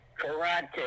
Karate